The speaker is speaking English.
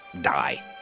die